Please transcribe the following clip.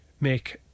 make